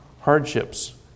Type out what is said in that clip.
hardships